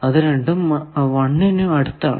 അത് രണ്ടും 1 നു അടുത്താണ്